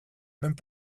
mêmes